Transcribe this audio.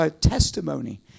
testimony